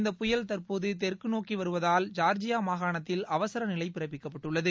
இந்த புயல் தற்போது தெற்கு நோக்கி வருவதால் ஜார்ஜியா மாகாணத்தில் அவசரநிலை பிறப்பிக்கப்பட்டுள்ளது